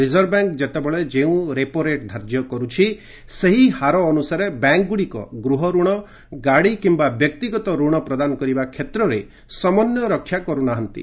reserve bank ଯେତେବେଳେ ଯେଉଁ repo rate ଧାର୍ଯ୍ୟ କରୁଛି ସେହି ହାର ଅନୁସାରେ ବ୍ୟାଙ୍କଗୁଡ଼ିକ ଗୃହରଣ ଗାଡ଼ି କିମ୍ବା ବ୍ୟକ୍ତିଗତ ଋଣ ପ୍ରଦାନ କରିବା କ୍ଷେତ୍ରରେ ସମନ୍ୱୟ ରକ୍ଷା କରୁନାହାନ୍ତି